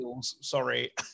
sorry